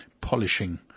polishing